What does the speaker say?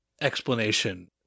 explanation